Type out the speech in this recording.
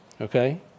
Okay